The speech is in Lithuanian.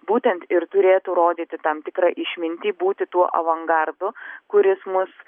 būtent ir turėtų rodyti tam tikrą išmintį būti tuo avangardu kuris mus